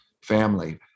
family